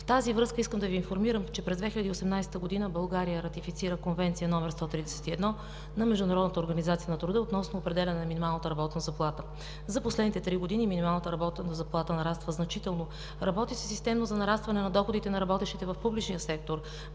В тази връзка искам да Ви информирам, че през 2018 г. България ратифицира Конвенция № 131 на Международната организация на труда относно определяне на минималната работна заплата. За последните три години минималната работна заплата нараства значително, работи се системно за нарастване на доходите на работещите в публичния сектор.